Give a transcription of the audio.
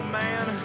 man